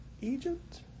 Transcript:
Egypt